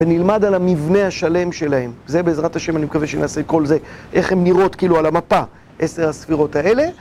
ונלמד על המבנה השלם שלהם, זה בעזרת השם אני מקווה שנעשה כל זה, איך הן נראות כאילו על המפה, עשר הספירות האלה